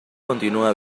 continua